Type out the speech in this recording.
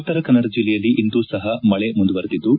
ಉತ್ತರ ಕನ್ನಡ ಜಿಲ್ಲೆಯಲ್ಲಿ ಇಂದು ಸಹ ಮಳೆ ಮುಂದುವರಿದಿದ್ದು